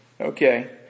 Okay